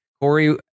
Corey